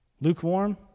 lukewarm